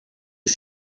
est